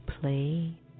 play